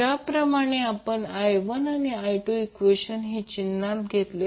ज्याप्रमाणे आपण i1 आणि i2 ईक्वेशन हे चिन्हात घेतले